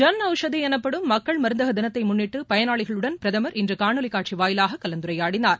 ஜன் ஔஷதி எனப்படும் மக்கள் மருந்தக தினத்தை முன்னிட்டு பயனாளிகளுடன் பிரதமர் இன்று காணொலி காட்சி வாயிலாக கலந்துரையாடினார்